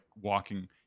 walking